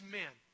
men